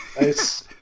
Nice